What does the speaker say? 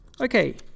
Okay